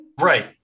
Right